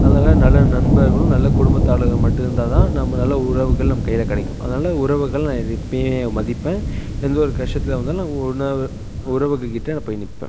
அதனால் நல்ல நண்பர்குளும் நல்ல குடும்பத் தலைவர் மட்டும் இருந்தால் தான் நம்மளால உறவுகள் நம்ம கையில் கிடைக்கும் அதனால் உறவுகள் நான் எப்போயும் மதிப்பேன் எந்த ஒரு கஷ்டத்தில் வந்தாலும் உணர்வு உறவுகள் கிட்டே நான் போய் நிற்பேன்